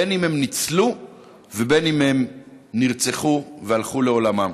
בין שהם ניצלו ובין שהם נרצחו והלכו לעולמם.